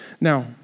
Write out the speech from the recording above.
Now